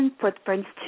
Footprints